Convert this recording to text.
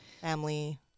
family